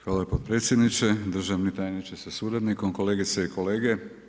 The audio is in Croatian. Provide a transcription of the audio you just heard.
Hvala potpredsjedniče, državni tajniče sa suradnikom, kolegice i kolege.